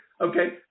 Okay